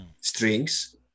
strings